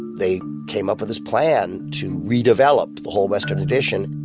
they came up with this plan to redevelop the whole western addition.